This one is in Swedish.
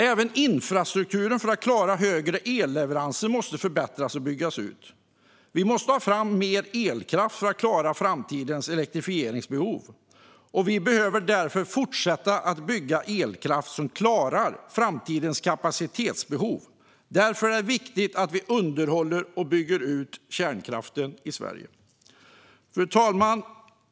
Även infrastrukturen för att klara högre el-leveranser måste förbättras och byggas ut. Vi måste ha fram mer elkraft för att klara framtidens elektrifieringsbehov. Vi behöver därför fortsätta att bygga elkraft som klarar framtidens kapacitetsbehov. Därför är det viktigt att vi underhåller och bygger ut kärnkraften i Sverige. Fru talman!